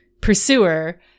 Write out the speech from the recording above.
pursuer